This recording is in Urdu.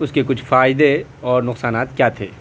اس کے کچھ فائدے اور نقصانات کیا تھے